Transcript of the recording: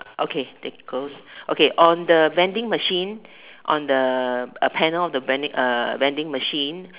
okay tickles okay on the vending machine on the uh panel of the vending uh vending machine